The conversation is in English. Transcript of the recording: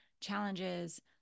challenges